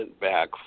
back